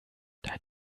dein